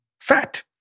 fat